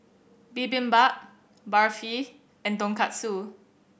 Bibimbap Barfi and Tonkatsu